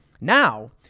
Now